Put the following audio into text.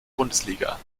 bundesliga